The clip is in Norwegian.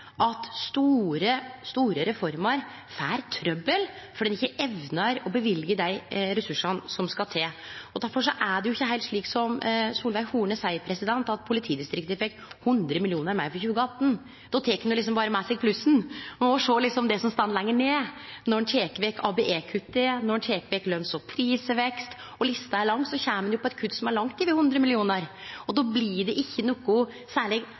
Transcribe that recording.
at store reformer får trøbbel fordi ein ikkje evnar å løyve dei ressursane som skal til. Difor er det ikkje heilt slik som representanten Solveig Horne seier, at politidistrikta fekk 100 mill. kr meir for 2018. Då tek ho berre med seg plussen. Ein må sjå på det som står lenger ned: Når ein tek vekk ABE-kuttet, når ein tek vekk løns- og prisveksten – lista er lang – kjem ein til eit kutt som er langt over 100 mill. kr. Då blir det ikkje noko særleg